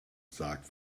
sagt